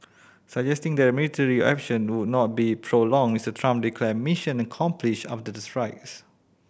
suggesting the military action would not be prolonged Mister Trump declared mission accomplished after the strikes